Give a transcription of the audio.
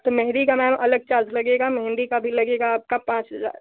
तो मेहंदी का मैम अलग चार्ज लगेगा मेहंदी का भी लगेगा आपका पाँच हजार